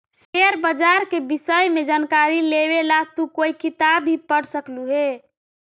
share बाजार के विष्य में जानकारी लेवे ला तू कोई किताब भी पढ़ सकलू हे